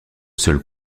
seul